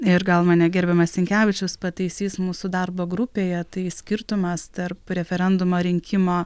ir gal mane gerbiamas sinkevičius pataisys mūsų darbo grupėje tai skirtumas tarp referendumo rinkimo